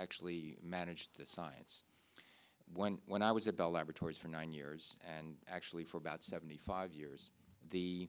actually managed the science when when i was a bell laboratories for nine years and actually for about seventy five years the